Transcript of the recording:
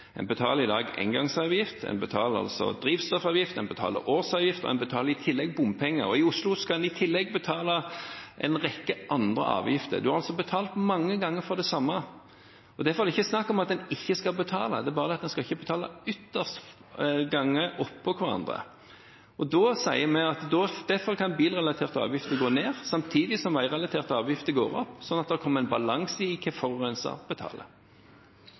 En betaler i dag engangsavgift, en betaler drivstoffavgift, en betaler årsavgift, og en betaler i tillegg bompenger. I Oslo skal en i tillegg betale en rekke andre avgifter. En betaler altså mange ganger for det samme. Det er ikke snakk om at en ikke skal betale – en skal bare ikke betale flere ganger oppå hverandre. Derfor sier vi at bilrelaterte avgifter kan gå ned, samtidig som veirelaterte avgifter går opp, sånn at det blir en balanse i hva forurenseren betaler.